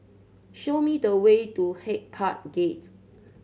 show me the way to Hyde Park Gate